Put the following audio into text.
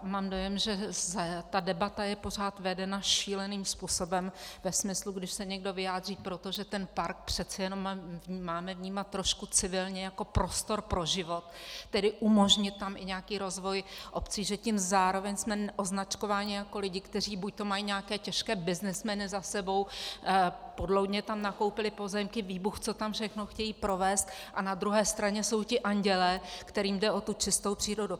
Mám dojem, že ta debata je pořád vedena šíleným způsobem ve smyslu, když se někdo vyjádří pro to, že ten park přece jenom máme vnímat trošku civilně jako prostor pro život, tedy umožnit tam i nějaký rozvoj obcím, že tím zároveň jsme označkováni jako lidi, kteří buďto mají nějaké těžké byznysmeny za sebou, podloudně tam nakoupili pozemky, ví bůh, co tam všechno chtějí provést, a na druhé straně jsou ti andělé, kterým jde o tu čistou přírodu.